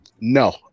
No